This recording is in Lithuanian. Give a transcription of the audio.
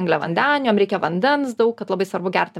angliavandenių jam reikia vandens daug kad labai svarbu gerti